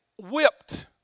whipped